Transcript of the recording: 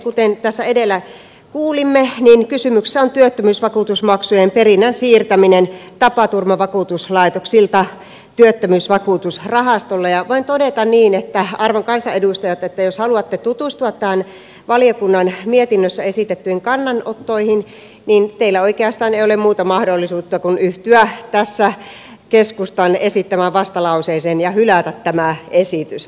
kuten tässä edellä kuulimme kysymyksessä on työttömyysvakuutusmaksujen perinnän siirtäminen tapaturmavakuutuslaitoksilta työttömyysvakuutusrahastolle ja voin todeta niin arvon kansanedustajat että jos haluatte tutustua tämän valiokunnan mietinnössä esitettyihin kannanottoihin niin teillä oikeastaan ei ole muuta mahdollisuutta kuin yhtyä tässä keskustan esittämään vastalauseeseen ja hylätä tämä esitys